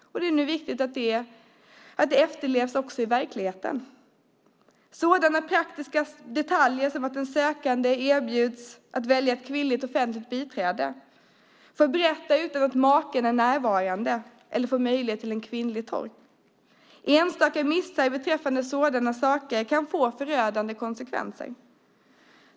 Det är nu viktigt att det efterlevs också i verkligheten. Det handlar om sådana praktiska detaljer som att den sökande erbjuds att välja ett kvinnligt offentligt biträde, får berätta utan att maken är närvarande eller får möjlighet att ha en kvinnlig tolk. Enstaka missar beträffande sådana saker kan få förödande konsekvenser.